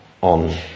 on